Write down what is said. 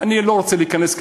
אני לא רוצה להיכנס,